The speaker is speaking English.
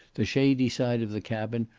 the shady side of the cabin,